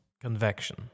Convection